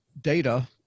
data